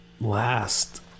last